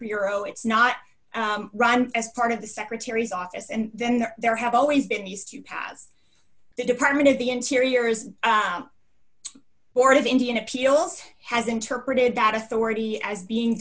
bureau it's not run as part of the secretary's office and then there have always been these two paths the department of the interior is board of indian appeals has interpreted that authority as being